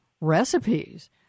recipes